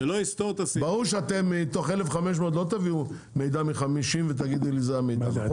ברור שאתם מתוך 1,500 לא תביאו מידע מ-50 ותגידי לי זה המידע,